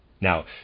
Now